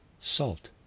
salt